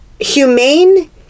humane